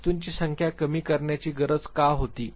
वस्तूंची संख्या कमी करण्याची गरज का होती